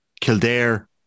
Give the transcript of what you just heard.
Kildare